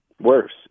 Worse